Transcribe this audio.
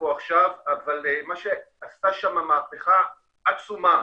מה שעשתה שם המהפכה עצומה